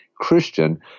Christian